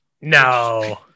No